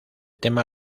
tema